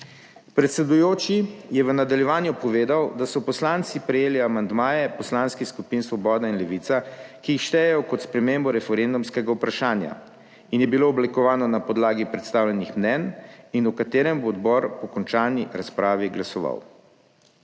Predsedujoči je v nadaljevanju povedal, da so poslanci prejeli amandmaje poslanskih skupin Svoboda in Levica, ki jih štejejo kot spremembo referendumskega vprašanja, in je bilo oblikovano na podlagi predstavljenih mnenj in o katerem bo odbor po končani razpravi glasoval.